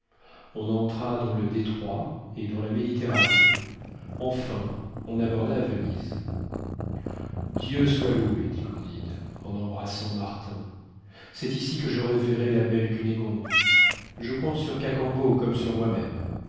on entra dans le détroit et dans la méditerranée enfin on aborda à venise dieu soit loué dit candide en embrassant martin c'est ici que je reverrai la belle cunégonde je compte sur cacambo comme sur moi-même